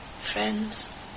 friends